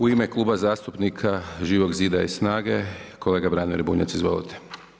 U ime Kluba zastupnika Živog zida i SNAGA-e, kolega Branimir Bunjac, izvolite.